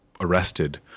arrested